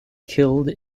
killed